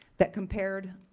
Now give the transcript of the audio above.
that compared,